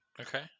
Okay